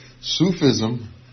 Sufism